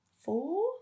four